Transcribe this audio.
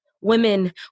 Women